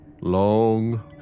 long